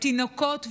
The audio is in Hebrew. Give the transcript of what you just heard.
התינוקות,